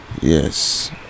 Yes